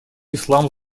ислам